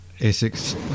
Essex